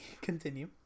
continue